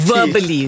Verbally